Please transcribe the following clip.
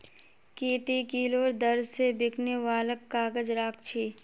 की ती किलोर दर स बिकने वालक काग़ज़ राख छि